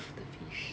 the fish